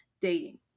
dating